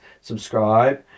subscribe